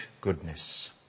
goodness